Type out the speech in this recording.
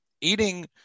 Eating